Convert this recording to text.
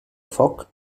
foc